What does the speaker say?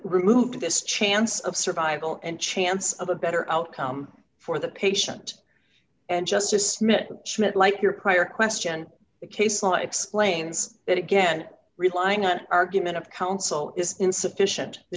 removing this chance of survival and chance of a better outcome for the patient and justice smith schmidt like your prior question the case law explains it again relying on argument of counsel is insufficient the